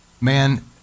man